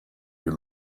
you